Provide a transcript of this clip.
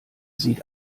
sieht